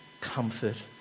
comfort